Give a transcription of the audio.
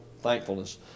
Thankfulness